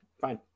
Fine